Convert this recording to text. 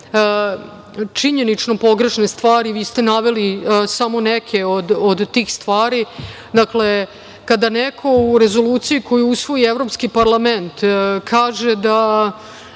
činjenično pogrešne stvari. Vi ste naveli samo neke od tih stvari. Dakle, kada neko u Rezoluciji koju usvoji Evropski parlament kaže da